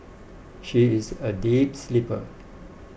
she is a deep sleeper